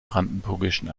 brandenburgischen